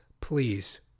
please